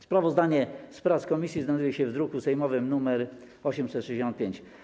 Sprawozdanie z prac komisji znajduje się w druku sejmowym nr 865.